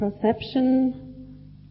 Perception